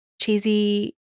cheesy